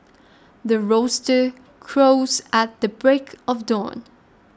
the roaster crows at the break of dawn